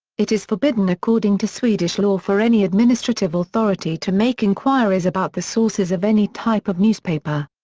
it is forbidden according to swedish law for any administrative authority to make inquiries about the sources of any type of newspaper.